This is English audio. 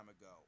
ago